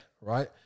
right